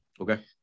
Okay